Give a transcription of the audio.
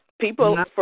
People